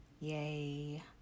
Yay